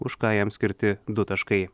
už ką jam skirti du taškai